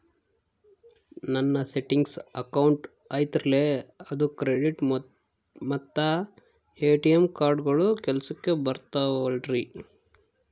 ನನ್ನ savings account ಐತಲ್ರೇ ಅದು ಕ್ರೆಡಿಟ್ ಮತ್ತ ಎ.ಟಿ.ಎಂ ಕಾರ್ಡುಗಳು ಕೆಲಸಕ್ಕೆ ಬರುತ್ತಾವಲ್ರಿ?